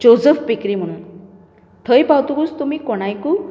Joseph bakery म्हुणून थंय पावतकूच तुमी कोणायकू